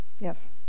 Yes